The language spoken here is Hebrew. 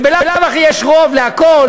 ובלאו הכי יש רוב לכול,